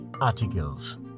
articles